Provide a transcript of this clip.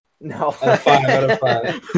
no